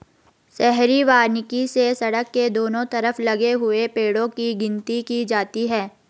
शहरी वानिकी से सड़क के दोनों तरफ लगे हुए पेड़ो की गिनती की जाती है